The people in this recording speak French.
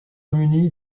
muni